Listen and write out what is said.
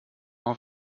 auf